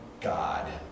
God